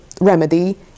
remedy